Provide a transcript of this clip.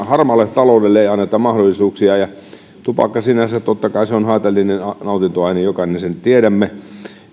harmaalle taloudelle ei anneta mahdollisuuksia tupakka sinänsä totta kai on haitallinen nautintoaine jokainen sen tiedämme